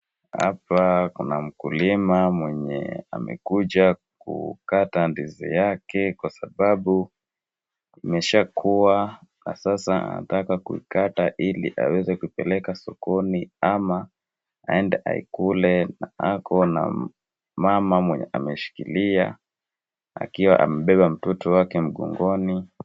Hapa kuna mkulima mwenye amekuja kukata ndizi yake kwa sababu imeshakuwa na sasa anataka kuikata ili aweze kuipeleke sokoni ama aende aile, ako na mama mwenye ameshikilia akiwa amebeba mtoto wake mgongoni.